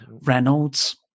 Reynolds